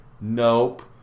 nope